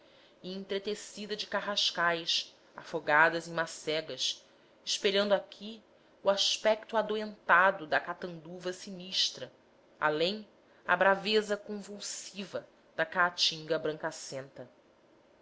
e entretecidas de carrascais afogados em macegas espelhando aqui o aspecto adoentado da caatanduva sinistra além a braveza convulsiva da caatinga